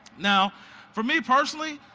now for me, personally,